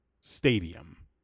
Stadium